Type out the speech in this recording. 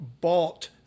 bought